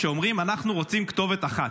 שאומרים: אנחנו רוצים כתובת אחת.